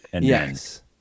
Yes